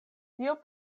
tio